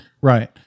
Right